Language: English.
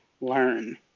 learn